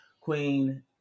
queen